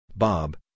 Bob